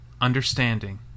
Understanding